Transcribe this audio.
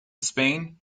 spain